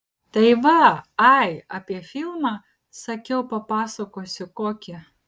tai va ai apie filmą sakiau papasakosiu kokį